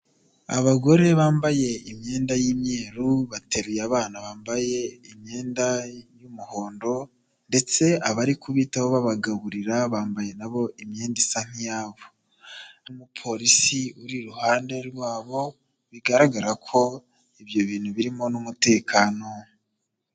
Abagore bambaye imyenda y'imyeru, bateruye abana bambaye imyenda y'umuhondo, ndetse abari kubitaho babagaburira bambaye na bo imyenda isa nk'iyabo. N'umupolisi uri iruhande rwabo bigaragara ko ibyo bintu birimo n'umutekano.